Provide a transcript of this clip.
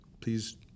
please